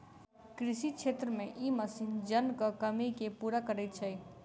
कृषि क्षेत्र मे ई मशीन जनक कमी के पूरा करैत छै